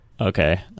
Okay